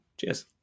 Cheers